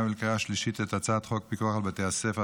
ולקריאה השלישית את הצעת חוק פיקוח על בתי ספר,